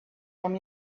from